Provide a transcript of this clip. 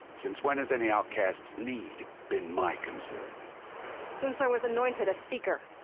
since when has any outcast's need. been my concern? and since i was anointed a seeker!